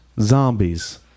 Zombies